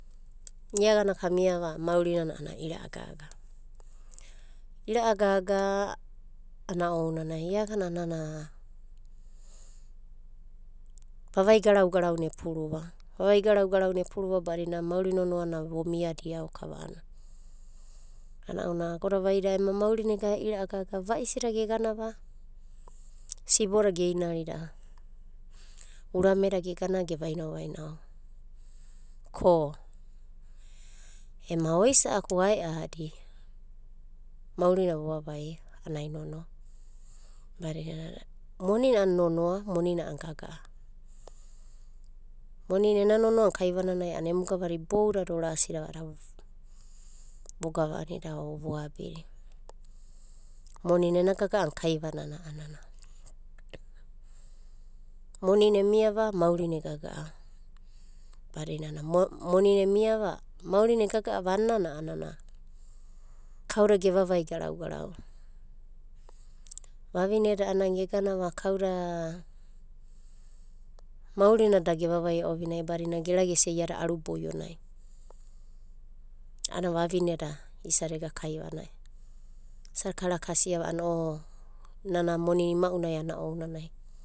Ia agana kamiava maurina ira’a gaga. Ira’a gaga ana ounanai ia agana vavai garau garau ne puruva. Vavai garau garau nepuruva badina maurina nonoa nana vo miadia okava, ana ounanai ema maurina agana e ira’a gaga. Va’isi da ge ganava siboda ge inaridia va. Urame da gegana ge vainao vainao. Ko ema oisa’aku ae’adi mauri na vovavaia ana nonoa. Badinana nana moni na nonoa, monina gaga’a. Monina nononanana kaivanana gavada boudadai vorasida vo gavani o voabi. Monina ena gaga’a na kaivanana a’ana monina emiava maurina gaga’a badina monina emiava. Maurina egaga’ava aninana a'anana kauda ge vavai garau garau. Vavine da gegana kauda. Maurina da gevavaia ovinai va gera gesia iada aru boio nai, ana vavine da. Isada ega kaivanai isada kara kasia nana monina ima’unai ounanai.